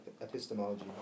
epistemology